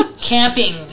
Camping